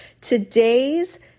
Today's